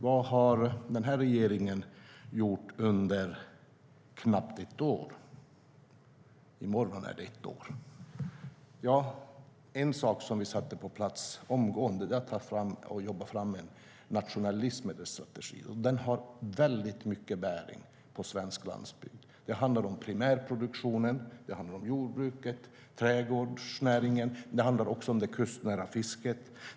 Vad har då den här regeringen gjort under knappt ett år? I morgon har det gått ett år. En sak som vi satte på plats omgående var arbetet för att ta fram en nationell livsmedelsstrategi. Den har väldigt mycket bäring på svensk landsbygd. Det handlar om primärproduktionen, jordbruket, trädgårdsnäringen och det kustnära fisket.